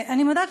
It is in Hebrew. ואני מודה,